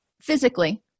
physically